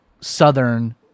Southern